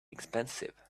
expensive